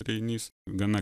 reinys gana